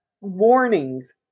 Warnings